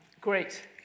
great